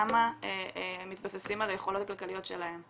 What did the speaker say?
וכמה מתבססים על היכולות הכלכליות שלהם?